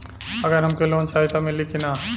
अगर हमके लोन चाही त मिली की ना?